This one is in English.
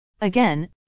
Again